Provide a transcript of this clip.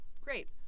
great